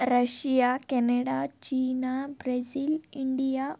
Russia Canada China Brazil India